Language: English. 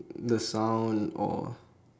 the sound or